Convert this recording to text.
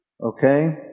Okay